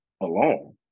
alone